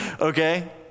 okay